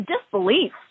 Disbelief